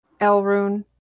Elrune